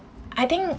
I think